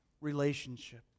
relationship